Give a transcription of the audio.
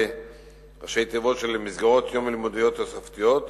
ראשי תיבות של "מסגרות יום לימודיות תוספתיות".